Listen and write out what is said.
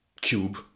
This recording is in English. cube